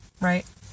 right